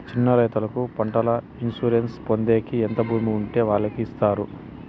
చిన్న రైతుకు పంటల ఇన్సూరెన్సు పొందేకి ఎంత భూమి ఉండే వాళ్ళకి ఇస్తారు?